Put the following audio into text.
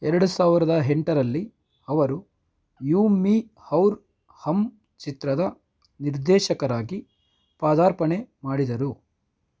ಎರಡು ಸಾವಿರದ ಎಂಟರಲ್ಲಿ ಅವರು ಯೂ ಮಿ ಔರ್ ಹಮ್ ಚಿತ್ರದ ನಿರ್ದೇಶಕರಾಗಿ ಪಾದಾರ್ಪಣೆ ಮಾಡಿದರು